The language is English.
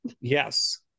yes